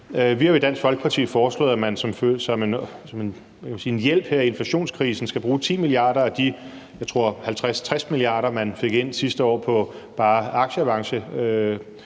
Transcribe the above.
Vi har jo i Dansk Folkeparti foreslået, at man som en hjælp her i inflationskrisen skal bruge 10 mia. kr. af de, jeg tror 50-60 mia. kr., man fik ind sidste år bare på aktieavanceskatten.